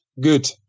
good